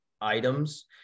items